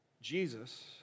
Jesus